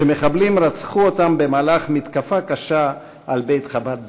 שמחבלים רצחו אותם במהלך מתקפה קשה על בית-חב"ד בעיר.